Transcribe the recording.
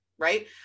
right